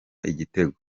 igitego